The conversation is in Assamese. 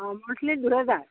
অ মন্থলি দুহেজাৰ